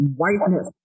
whiteness